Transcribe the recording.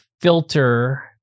filter